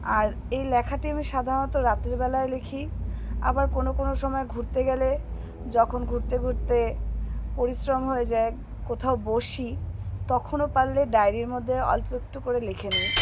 আর এই লেখাটি আমি সাধারণত রাত্রিবেলায় লিখি আবার কোনো কোনো সময় ঘুরতে গেলে যখন ঘুরতে ঘুরতে পরিশ্রম হয়ে যায় কোথাও বসি তখনও পারলে ডায়েরির মধ্যে অল্প একটু করে লিখে নিই